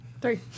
Three